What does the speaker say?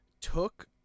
took